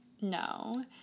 No